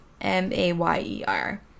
M-A-Y-E-R